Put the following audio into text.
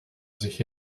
sich